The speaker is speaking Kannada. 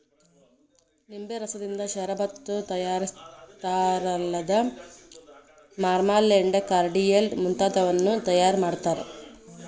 ನಿಂಬೆ ರಸದಿಂದ ಷರಬತ್ತು ತಯಾರಿಸ್ತಾರಲ್ಲದ ಮಾರ್ಮಲೆಂಡ್, ಕಾರ್ಡಿಯಲ್ ಮುಂತಾದವನ್ನೂ ತಯಾರ್ ಮಾಡ್ತಾರ